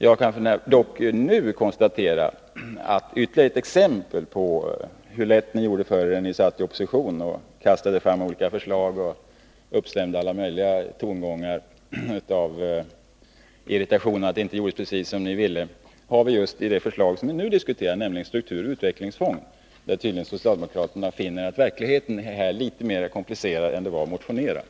Jag kan dock nu konstatera att ett ytterligare exempel på hur lätt ni gjorde det för er när ni satt i opposition och kastade fram olika förslag och uppstämde alla möjliga tongångar av irritation över att det inte blev precis som ni ville, har vi just i det förslag som vi nu diskuterar, nämligen strukturoch utvecklingsfonden, där tydligen socialdemokraterna finner att verkligheten är litet mer komplicerad än den var när de motionerade.